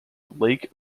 lake